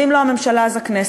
ואם לא הממשלה אז הכנסת,